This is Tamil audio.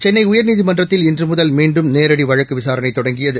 சென்னை உயர்நீதிமன்றத்தில் இன்று முதல் மீண்டும் நேரடி வழக்கு விசாரணை தொடங்கியது